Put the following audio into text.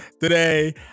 today